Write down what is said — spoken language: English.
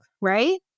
right